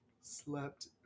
slept